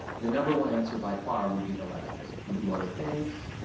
the number one answer by far would be elections. we do other things,